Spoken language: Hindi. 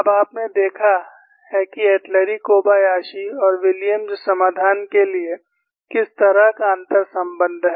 अब आपने देखा है कि एटलुरी कोबायाशी और विलियम्स समाधान के लिए किस तरह का अंतर संबंध है